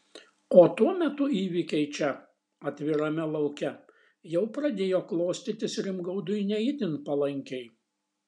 o tuo metu įvykiai čia atvirame lauke jau pradėjo klostytis rimgaudui ne itin palankiai